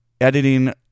editing